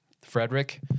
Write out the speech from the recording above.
Frederick